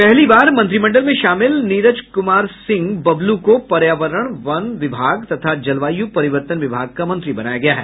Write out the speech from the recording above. पहली बार मंत्रिमंडल में शामिल नीरज कुमार सिंह बबलू को पर्यावरण वन विभाग तथा जलवायु परिवर्तन विभाग का मंत्री बनाया गया है